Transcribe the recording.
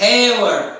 Taylor